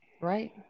Right